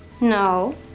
no